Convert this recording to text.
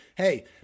hey